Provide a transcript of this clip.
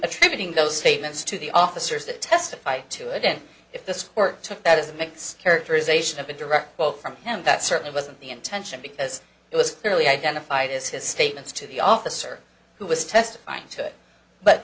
attributing those statements to the officers that testify to it and if this or took that is a mix characterization of a direct quote from him that certainly wasn't the intention because it was clearly identified as his statements to the officer who was testifying to it but